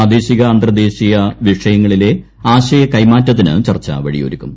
പ്രാദേശിക അന്തർദ്ദേശീയ വിഷയങ്ങളിലെ ആശയ കൈമാറ്റത്തിന് ചർച്ച വഴിയൊരുക്കും